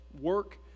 work